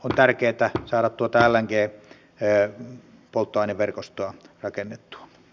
on tärkeätä saada tuota lng polttoaineverkostoa rakennettua